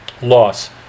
loss